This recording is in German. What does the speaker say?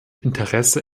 interesse